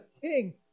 king